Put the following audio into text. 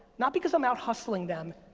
not because i'm out hustling them,